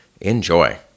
Enjoy